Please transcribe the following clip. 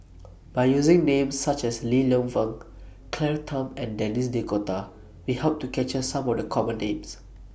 By using Names such as Li Lienfung Claire Tham and Denis D'Cotta We Hope to capture Some of The Common Names